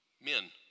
men